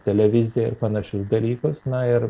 televiziją ir panašius dalykus na ir